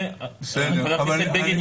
חבר הכנסת בגין,